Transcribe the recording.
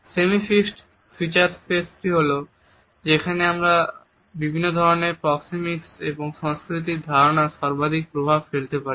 semi fixed feature স্পেসটি হল সেটি যেখানে আমরা বিভিন্ন ধরনের প্রক্সেমিকস এবং সংস্কৃতির ধারণার সর্বাধিক প্রভাব ফেলতে পারি